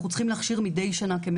אנחנו צריכים להכשיר מדי שנה כ-